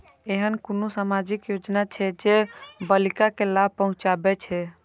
ऐहन कुनु सामाजिक योजना छे जे बालिका के लाभ पहुँचाबे छे?